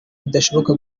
bidashoboka